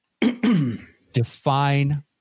Define